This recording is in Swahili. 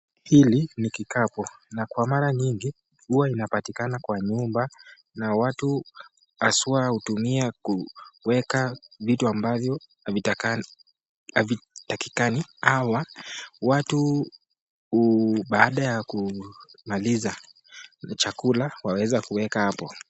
Hili ni kikapu, na kwa mara nyingi huwa inapatikana kwa nyumba na watu haswa hutumia kuweka vitu ambavyo havitakani havitakikani ama watu huu baada ya kumaliza chakula waweza kuweka hapo.